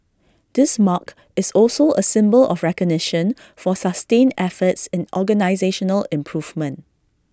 this mark is also A symbol of recognition for sustained efforts in organisational improvement